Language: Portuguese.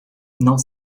não